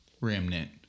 remnant